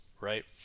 right